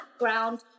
background